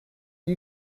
you